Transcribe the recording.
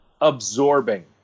Absorbing